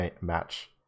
match